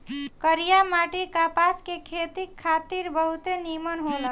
करिया माटी कपास के खेती खातिर बहुते निमन होला